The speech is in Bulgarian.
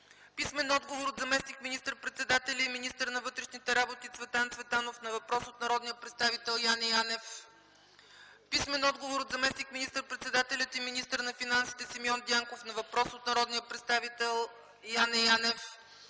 Писмен отговор от заместник министър-председателя и министър на вътрешните работи Цветан Цветанов на въпрос от народния представител Яне Янев. Писмен отговор от заместник министър-председателя и министър на финансите Симеон Дянков на въпрос от народния представител Яне Янев.